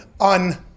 un